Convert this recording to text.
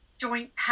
joint